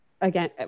again